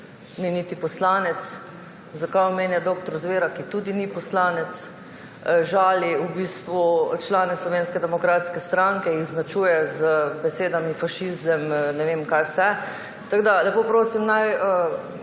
ni niti poslanec. Zakaj omenja dr. Zvera, ki tudi ni poslanec? Žali v bistvu člane Slovenske demokratske stranke, jih označuje z besedami fašizem, ne vem, kaj vse. Lepo prosim,